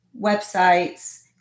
websites